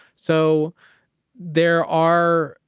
so there are,